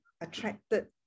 attracted